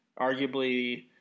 Arguably